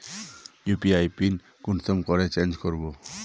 UPI PIN कुंसम करे change करबो?